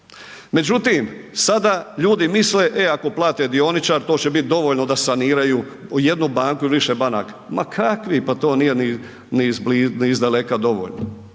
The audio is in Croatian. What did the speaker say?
Međutim, sada ljudi misle e ako plate dioničar to će biti dovoljno da saniraju jednu banku ili više banaka, ma kakvi pa to nije ni izblizu, ni izdaleka dovoljno.